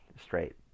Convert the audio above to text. straight